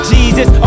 Jesus